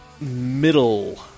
middle